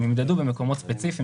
הן ימדדו במקומות ספציפיים,